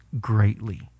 greatly